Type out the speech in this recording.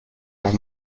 las